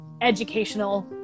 educational